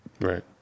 Right